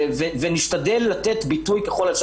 ונשתדל לתת ביטוי ככל האפשר.